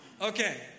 Okay